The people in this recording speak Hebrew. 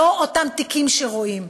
אלה לא אותם תיקים שרואים.